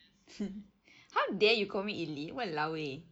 how dare you call me elite !walao! eh